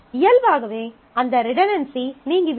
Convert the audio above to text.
இயல்பாகவே அந்த ரிடன்டன்சி நீங்கிவிடும்